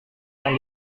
yang